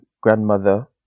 grandmother